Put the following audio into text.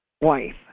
wife